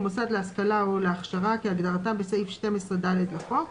"מוסד להשכלה או להכשרה" כהגדרתם בסעיף 12(ד) לחוק,